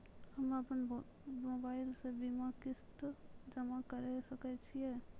हम्मे अपन मोबाइल से बीमा किस्त जमा करें सकय छियै?